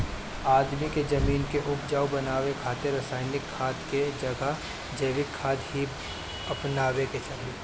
आदमी के जमीन के उपजाऊ बनावे खातिर रासायनिक खाद के जगह जैविक खाद ही अपनावे के चाही